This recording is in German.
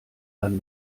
dann